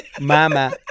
Mama